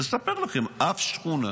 אני מספר לכם, אף שכונה